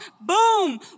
Boom